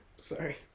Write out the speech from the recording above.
Sorry